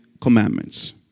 Commandments